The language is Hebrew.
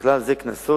ובכלל זה קנסות,